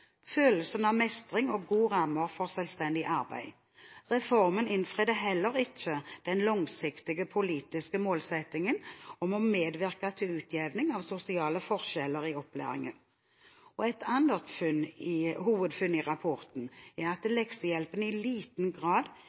følelsen av mestring og gode rammer for selvstendig arbeid. Reformen innfridde heller ikke den langsiktige politiske målsettingen om å medvirke til utjevning av sosiale forskjeller i opplæringen. Et annet hovedfunn i rapporten er at leksehjelpen i liten grad